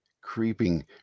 creeping